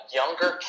younger